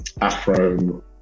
afro